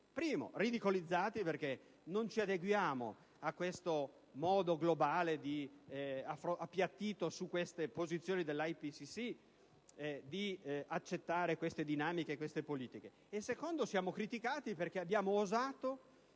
luogo ridicolizzati perché non ci adeguiamo a questo modo globale e appiattito sulle posizioni dell'IPCC di accettare queste dinamiche e queste politiche; in secondo luogo siamo criticati perché abbiamo osato